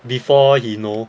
before he know